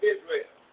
Israel